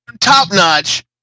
Top-notch